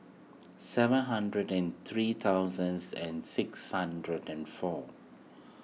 seven hundred and three thousand and six hundred and four